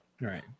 Right